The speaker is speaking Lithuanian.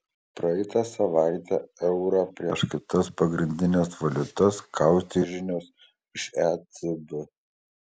praeitą savaitę eurą prieš kitas pagrindines valiutas kaustė žinios iš ecb